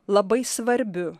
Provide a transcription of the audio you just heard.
labai svarbiu